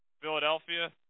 Philadelphia